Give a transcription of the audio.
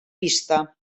pista